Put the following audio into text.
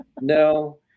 No